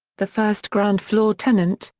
the first ground-floor tenant,